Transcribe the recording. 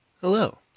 Hello